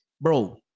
bro